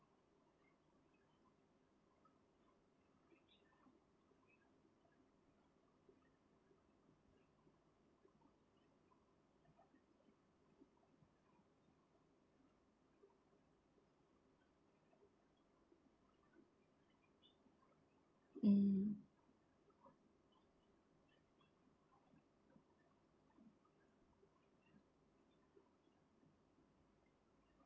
mm